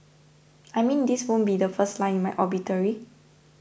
I mean this wouldn't be the first line in my obituary